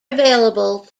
available